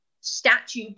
statue